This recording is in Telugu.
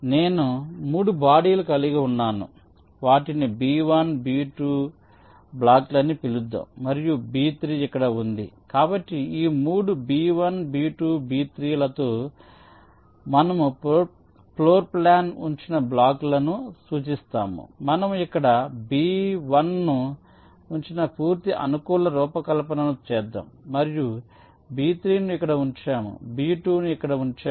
నేను మూడు బాడీ లను కలిగి ఉన్నాను వాటిని B1 B2 బ్లాక్ లని పిలుద్దాం మరియు B3 ఇక్కడ ఉంది కాబట్టి ఈ మూడు B1 B2 B3 లతో మనము ఫ్లోర్ప్లాన్పై ఉంచిన బ్లాక్లను సూచిస్తాము మనము ఇక్కడ B1 ను ఉంచి పూర్తి అనుకూల రూపకల్పనను చేద్దాం మనము B3 ను ఇక్కడ ఉంచాము B2 ను ఇక్కడ ఉంచాము